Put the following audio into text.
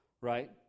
right